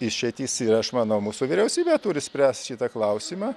išeitys yra aš manau mūsų vyriausybė turi spręst šitą klausimą